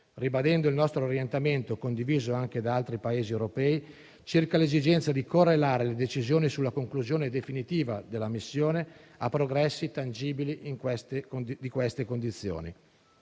ribadendo il nostro orientamento, condiviso anche da altri Paesi europei, circa l'esigenza di correlare le decisioni sulla conclusione definitiva della missione a progressi tangibili di queste condizioni.